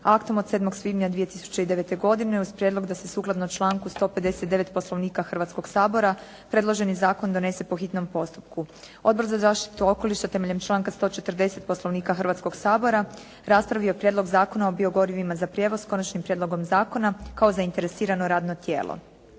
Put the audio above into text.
aktom od 7. svibnja 2009. godine uz prijedlog da se sukladno članku 159. Poslovnika Hrvatskog sabora predloženi zakon donese po hitnom postupku. Odbor za zaštitu okoliša temeljem članka 140. Poslovnika Hrvatskog sabora raspravio Prijedlog zakona o biogorivima za prijevoz s Konačnim prijedlogom zakona kao zainteresirano radno tijelo.